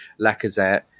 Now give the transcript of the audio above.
Lacazette